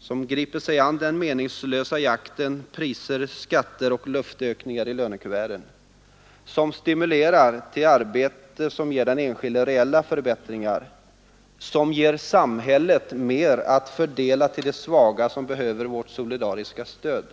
som griper sig an den meningslösa jakten på priser, skatter och luftökningar i lönekuverten, en politik som stimulerar till arbete och ger den enskilde reella förbättringar samt en politik som ger samhället mera att fördela till de svaga som behöver vårt solidariska stöd.